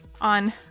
on